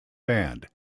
band